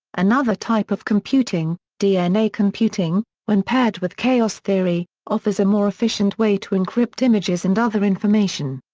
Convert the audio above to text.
another type of computing, dna computing, when paired with chaos theory, offers a more efficient way to encrypt images and other information.